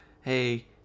hey